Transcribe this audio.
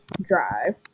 Drive